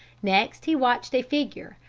next he watched a figure,